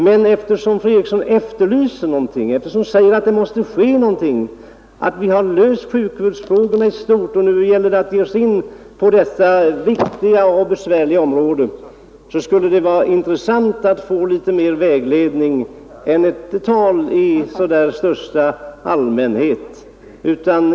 Men eftersom fru Eriksson efterlyser att något sker och säger att vi har löst sjukvårdsfrågorna i stort men att det nu gäller att ge sig in på detta viktiga och besvärliga område, skulle det vara intressant att få litet mera vägledning än ett tal så där i största allmänhet.